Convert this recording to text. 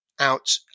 out